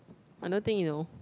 I don't think he know